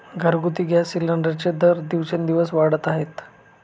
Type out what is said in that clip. घरगुती गॅस सिलिंडरचे दर दिवसेंदिवस वाढत आहेत